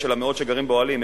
המאות שגרים באוהלים,